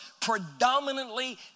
predominantly